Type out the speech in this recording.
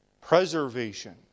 Preservation